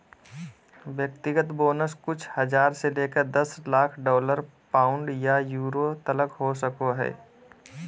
व्यक्तिगत बोनस कुछ हज़ार से लेकर दस लाख डॉलर, पाउंड या यूरो तलक हो सको हइ